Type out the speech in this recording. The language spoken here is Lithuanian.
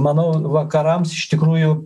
manau vakarams iš tikrųjų